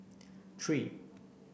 three